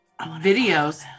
videos